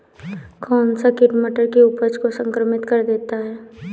कौन सा कीट मटर की उपज को संक्रमित कर देता है?